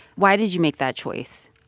why did you make that choice?